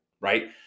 right